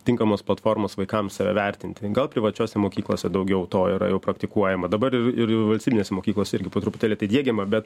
tinkamos platformos vaikams save vertinti gal privačiose mokyklose daugiau to yra jau praktikuojama dabar ir ir valstybinėse mokyklose irgi po truputėlį tai diegiama bet